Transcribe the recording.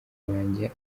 wanjye